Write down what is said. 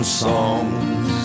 songs